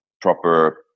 proper